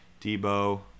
Debo